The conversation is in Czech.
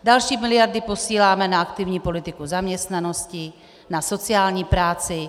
Další miliardy posíláme na aktivní politiku zaměstnanosti, na sociální práci.